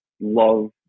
love